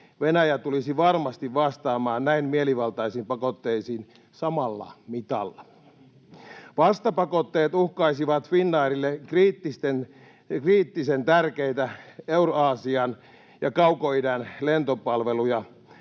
Venäjä tulisi varmasti vastaamaan näin mielivaltaisiin pakotteisiin samalla mitalla. Vastapakotteet uhkaisivat Finnairille kriittisen tärkeitä Euraasian ja Kaukoidän lentopalveluja,